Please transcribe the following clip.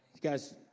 guys